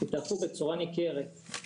שהתארכו בצורה ניכרת.